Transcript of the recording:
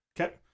Okay